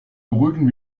beruhigen